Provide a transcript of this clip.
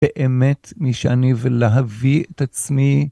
באמת, מי שאני ולהביא את עצמי.